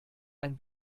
ein